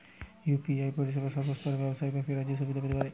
UPI পরিসেবা সর্বস্তরের ব্যাবসায়িক ব্যাক্তিরা কি সুবিধা পেতে পারে?